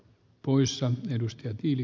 poissa tiedusteltiin